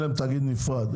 יהיה להם תאגיד נפרד,